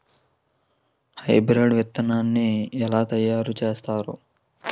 Hybrid విత్తనాన్ని ఏలా తయారు చేస్తారు?